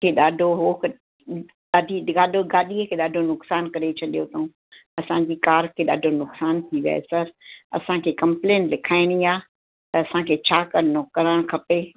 खे ॾाढो हो क ॾाढी गाॾो गाॾीअ खे ॾाढो नुक़सानु करे छॾियो अथऊं असांजी कार खे ॾाढो नुक़सानु थी वियो आहे सर असांखे कमलेन लिखाइणी आहे त असांखे छा करिणो करणु खपे